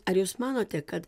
ar jūs manote kad